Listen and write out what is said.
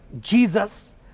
Jesus